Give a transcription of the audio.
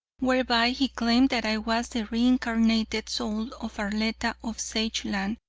whereby he claimed that i was the re-incarnated soul of arletta of sageland,